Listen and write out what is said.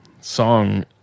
song